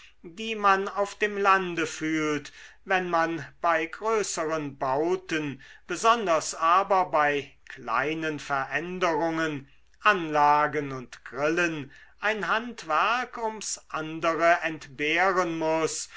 die man auf dem lande fühlt wenn man bei größeren bauten besonders aber bei kleinen veränderungen anlagen und grillen ein handwerk ums andere entbehren muß